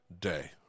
day